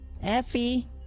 Effie